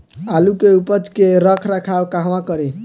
आलू के उपज के रख रखाव कहवा करी?